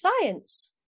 science